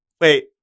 Wait